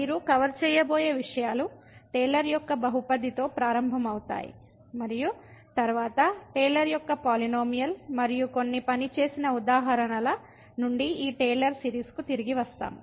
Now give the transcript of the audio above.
మీరు కవర్ చేయబోయే విషయాలు టేలర్ యొక్క బహుపది తో ప్రారంభమవుతాయి మరియు తరువాత టేలర్ యొక్క పాలినోమియల్పాలినోమియల్ polynomial మరియు కొన్ని పని చేసిన ఉదాహరణల నుండి ఈ టేలర్ సిరీస్కు తిరిగి వస్తాము